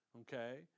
okay